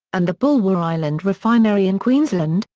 and the bulwer island refinery in queensland,